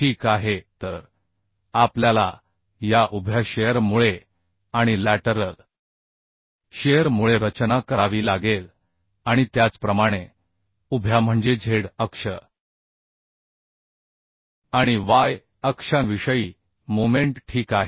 ठीक आहे तर आपल्याला या उभ्या शिअर मुळे आणि लॅटरल शिअर मुळे रचना करावी लागेल आणि त्याचप्रमाणे उभ्या म्हणजे z z अक्ष आणि y y अक्षांविषयी मोमेंट ठीक आहे